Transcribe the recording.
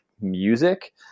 music